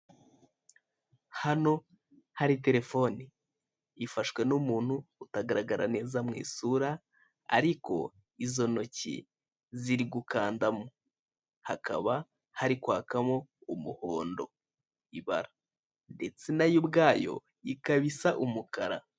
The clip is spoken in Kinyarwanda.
Hano hari telefone ifashwe n'umuntu utagaragara neza mu isura ariko izo ntoki ziri gukandamo, hakaba hari kwakamo umuhondo ibara ndetse na yo ubwayo ikaba isa umukara.